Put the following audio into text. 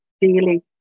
daily